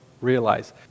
realize